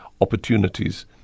opportunities